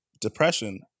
depression